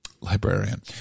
librarian